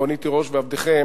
רונית תירוש ועבדכם